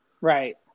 Right